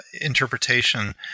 interpretation